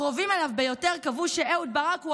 הקרובים אליו ביותר קבעו שאהוד ברק הוא